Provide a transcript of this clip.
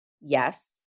Yes